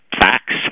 facts